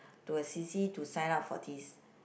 to a C_C to sign up for this